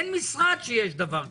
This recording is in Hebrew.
אין משרד שיש דבר כזה.